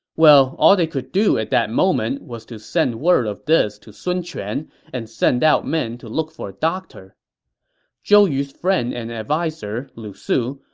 well, all they could do at that moment was to send word of this to sun quan and send out men to look for a doctor zhou yu's friend and adviser, lu su,